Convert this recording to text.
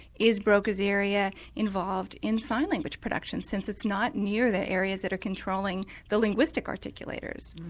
is broca's area involved in sign language production since it's not near the areas that are controlling the linguistic articulators?